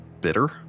bitter